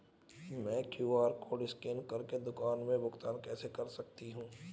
मैं QR code scan कर के दुकान में भुगतान कैसे कर सकती हूँ?